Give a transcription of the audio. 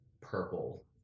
purple